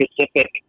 specific